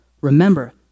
remember